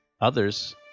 Others